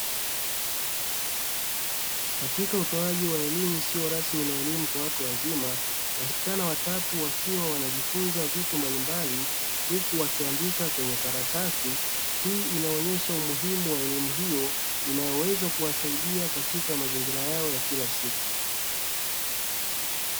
Katika utoaji wa elimu isiyo rasmi na elimu kwa watu wazima, wasichana watatu wakiwa wanajifunza vitu mbalimbali huku wakiandika kwenye karatasi. Hii inaonesha umuhimu wa elimu hiyo inayoweza kuwasaidia katika mazingira yao ya kila siku.